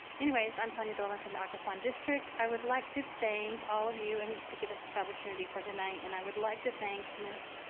anyways, i'm sonia dorlin from the occoquan district. i would like to thank all of you and to give us this opportunity for tonight. and i would like to thank ms.